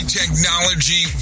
technology